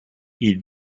ils